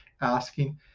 asking